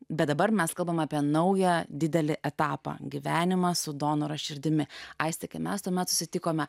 bet dabar mes kalbame apie naują didelį etapą gyvenimą su donoro širdimi aistė kai mes tuomet susitikome